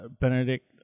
Benedict